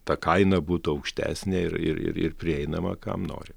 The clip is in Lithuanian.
ta kaina būtų aukštesnė ir ir prieinama kam nori